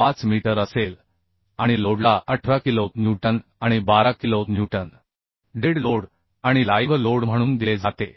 5 असेल आणि लोडला 18 किलो न्यूटन आणि 12 किलो न्यूटन डेड लोड आणि लाईव्ह लोड म्हणून दिले जाते